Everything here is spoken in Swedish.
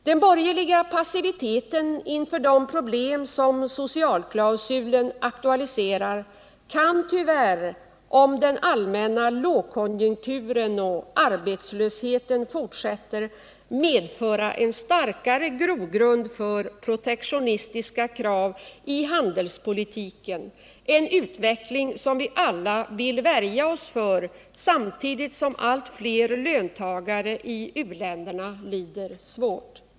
Den borgerliga passiviteten inför de problem som socialklausulen aktualiserar kan tyvärr, om den allmänna lågkonjunkturen och arbetslösheten fortsätter, medföra en starkare grogrund för protektionistiska krav i handelspolitiken, en utveckling som vi alla vill värja oss för samtidigt som allt flera löntagare i u-länderna lider svårt.